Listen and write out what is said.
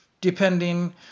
depending